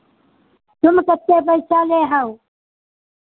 तुम कितने पैसा लेहौ